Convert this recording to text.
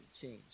change